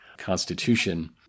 constitution